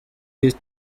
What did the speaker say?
iyi